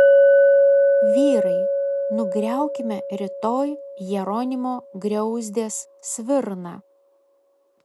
vyrai nugriaukime rytoj jeronimo griauzdės svirną